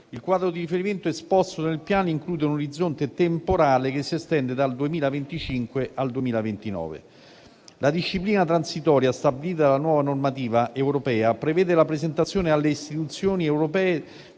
Il quadro di riferimento esposto dal Piano include un orizzonte temporale che si estende dal 2025 al 2029. La disciplina transitoria stabilita dalla nuova normativa europea prevede la presentazione alle istituzioni europee